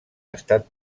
estat